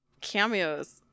cameos